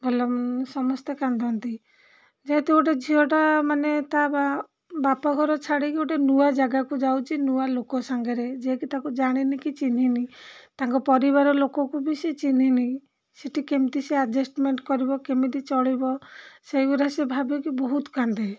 ଭଲ ସମସ୍ତେ କାନ୍ଦନ୍ତି ଯେହେତୁ ଗୋଟେ ଝିଅଟା ମାନେ ତା' ବାପ ଘର ଛାଡ଼ିକି ଗୋଟେ ନୂଆ ଜାଗାକୁ ଯାଉଛି ନୂଆ ଲୋକ ସାଙ୍ଗରେ ଯିଏକି ତାକୁ ଜାଣିନି କି ଚିହ୍ନିନି ତାଙ୍କ ପରିବାର ଲୋକକୁ ବି ସେ ଚିହ୍ନି ସେଠି କେମିତି ସେ ଆଡ଼ଜଷ୍ଟମେଣ୍ଟ କରିବ କେମିତି ଚଳିବ ସେଇଗୁଡ଼ା ସେ ଭାବିକି ବହୁତ କାନ୍ଦେ